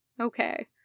Okay